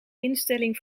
instelling